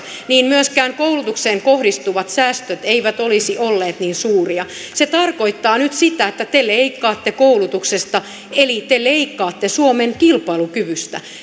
myöskään koulutukseen kohdistuvat säästöt eivät olisi olleet niin suuria se tarkoittaa nyt sitä että te leikkaatte koulutuksesta eli te leikkaatte suomen kilpailukyvystä